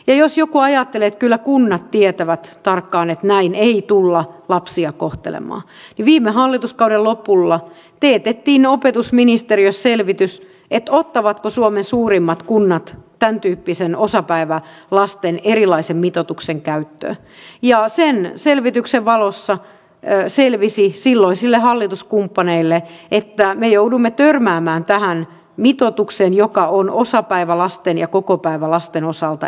jos joku ajattelee että kyllä kunnat tietävät tarkkaan että näin ei tulla lapsia kohtelemaan niin viime hallituskauden lopulla teetettiin opetusministeriössä selvitys ottavatko suomen suurimmat kunnat tämäntyyppisen osapäivälasten erilaisen mitoituksen käyttöön ja sen selvityksen valossa selvisi silloisille hallituskumppaneille että me joudumme törmäämään tähän mitoitukseen joka on osapäivälasten ja kokopäivälasten osalta erilainen